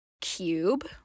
cube